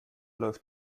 läuft